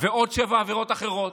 ועוד שבע עבירות אחרות.